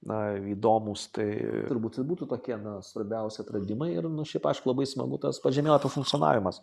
na įdomūs tai turbūt būtų ir tokie svarbiausi atradimai ir nu šiaip aišku labai smagu tas pats žemėlapių funkcionavimas